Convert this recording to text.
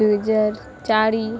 ଦୁଇହଜାର ଚାରି